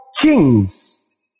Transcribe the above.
kings